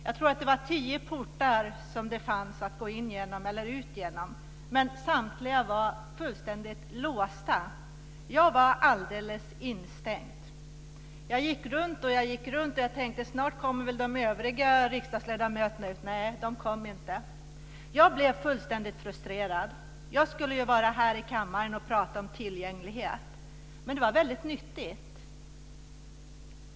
Jag tror att det fanns tio portar att gå in eller ut genom, men samtliga var fullständigt låsta. Jag var alldeles instängd. Jag gick runt och runt. Jag tänkte att snart kommer väl de övriga riksdagsledamöterna ut, men nej, de kom inte. Jag blev fullständigt frustrerad. Jag skulle ju vara här i kammaren och prata om tillgänglighet. Men det var väldigt nyttigt.